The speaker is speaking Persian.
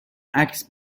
عکس